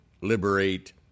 liberate